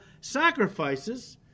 sacrifices